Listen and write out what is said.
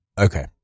Okay